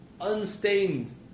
unstained